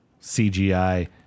CGI